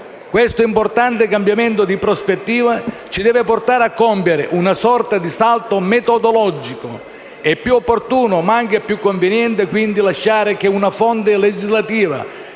Questo importante cambiamento di prospettiva ci deve portare a compiere una sorta di salto metodologico: è più opportuno, ma anche più conveniente, quindi, lasciare che una fonte legislativa